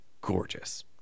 gorgeous